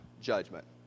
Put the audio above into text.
judgment